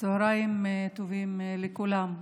צוהריים טובים לכולם.